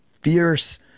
fierce